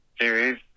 series